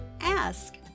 ask